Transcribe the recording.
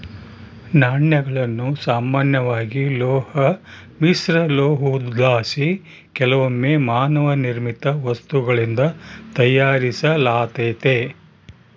ನಾಣ್ಯಗಳನ್ನು ಸಾಮಾನ್ಯವಾಗಿ ಲೋಹ ಮಿಶ್ರಲೋಹುದ್ಲಾಸಿ ಕೆಲವೊಮ್ಮೆ ಮಾನವ ನಿರ್ಮಿತ ವಸ್ತುಗಳಿಂದ ತಯಾರಿಸಲಾತತೆ